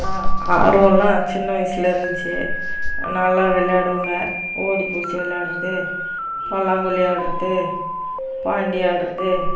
ஆ ஆர்வமெலாம் சின்ன வயசில் இருந்துச்சு நல்லா விளையாடுவேங்க ஓடிப்பிடிச்சி விளையாடுறது பல்லாங்குழி ஆடுறது பாண்டி ஆடுறது